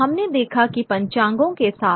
तो हमने देखा कि पंचांगों के साथ